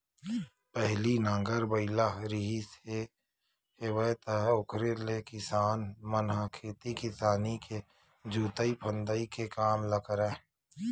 पहिली नांगर बइला रिहिस हेवय त ओखरे ले किसान मन ह खेती किसानी के जोंतई फंदई के काम ल करय